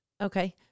Okay